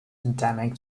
endemic